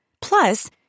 Plus